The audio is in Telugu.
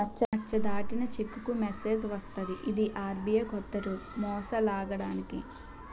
నచ్చ దాటిన చెక్కులకు మెసేజ్ వస్తది ఇది ఆర్.బి.ఐ కొత్త రూల్ మోసాలాగడానికి